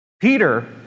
Peter